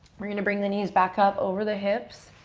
we're going to bring the knees back up over the hips.